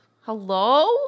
Hello